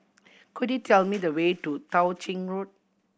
could you tell me the way to Tao Ching Road